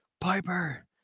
Piper